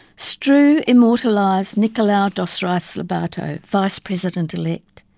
strewe immortalised nicolau dos reis lobato, vice president elect.